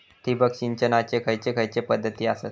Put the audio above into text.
ठिबक सिंचनाचे खैयचे खैयचे पध्दती आसत?